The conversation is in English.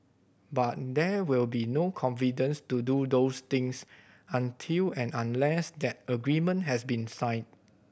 but there will be no confidence to do those things until and unless that agreement has been signed